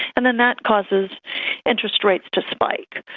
and then that causes interest rates to spike.